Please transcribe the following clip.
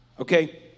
Okay